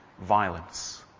violence